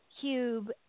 Cube